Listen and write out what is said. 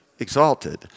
Exalted